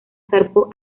zarpó